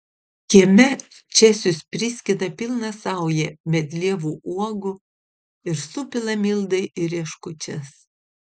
kieme česius priskina pilną saują medlievų uogų ir supila mildai į rieškučias